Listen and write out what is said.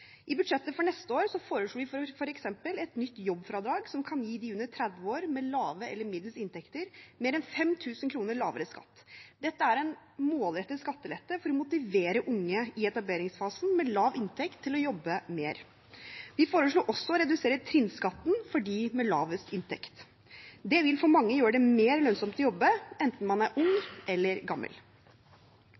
I budsjettet for neste år foreslår vi f.eks. et nytt jobbfradrag som kan gi dem under 30 år med lave eller middels inntekter mer enn 5 000 kr lavere skatt. Dette er en målrettet skattelette som vil motivere unge i etableringsfasen med lav inntekt til å jobbe mer. Vi foreslår også å redusere trinnskatten for dem med lavest inntekt. Det vil for mange gjøre det mer lønnsomt å jobbe, enten man er ung eller gammel.